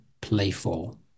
playful